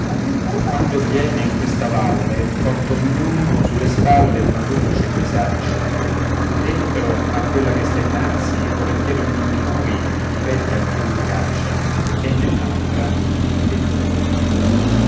quando viene in questa valle porta ognuno sulle spalle una duplice bisaccia dentro a quella che sta innanzi volentieri ognun di noi i difetti altrui vi caccia e nell'altra mette i suoi